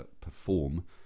perform